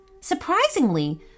Surprisingly